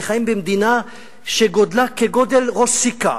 שחיים במדינה שגודלה כראש סיכה,